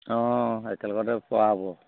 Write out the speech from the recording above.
অঁ একেলগতে পৰা হ'ব